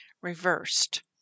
reversed